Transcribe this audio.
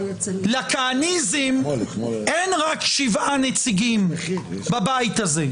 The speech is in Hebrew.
לכהניזם אין רק שבעה נציגים בבית הזה.